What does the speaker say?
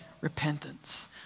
repentance